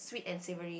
sweet and savory